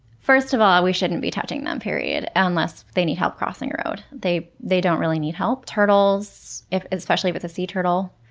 first of all, we shouldn't be touching them, period, unless they need help crossing a road. they they don't really need help. turtles, especially if it's a sea turtle,